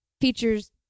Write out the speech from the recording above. Features